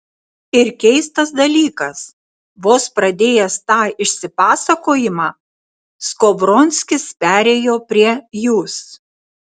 ir keistas dalykas vos pradėjęs tą išsipasakojimą skovronskis perėjo prie jūs